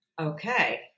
Okay